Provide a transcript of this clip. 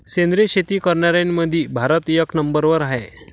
सेंद्रिय शेती करनाऱ्याईमंधी भारत एक नंबरवर हाय